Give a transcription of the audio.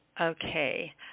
Okay